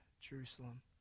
Jerusalem